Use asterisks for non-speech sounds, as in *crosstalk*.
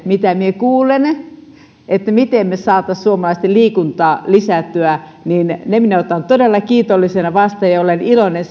mitä minä kuulen että miten me saisimme suomalaisten liikuntaa lisättyä minä otan todella kiitollisena vastaan ja olen iloinen *unintelligible*